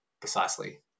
precisely